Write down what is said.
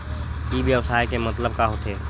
ई व्यवसाय के मतलब का होथे?